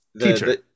Teacher